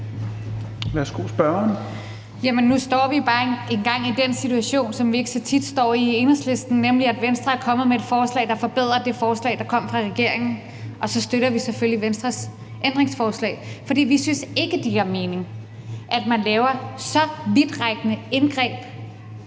nu står vi bare i den situation, som vi ikke så tit står i i Enhedslisten, nemlig at Venstre er kommet med et forslag, der forbedrer det forslag, der kom fra regeringen, og så støtter vi selvfølgelig Venstres ændringsforslag. For vi synes ikke, det giver mening, at man laver så vidtrækkende indgreb